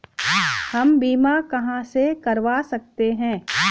हम बीमा कहां से करवा सकते हैं?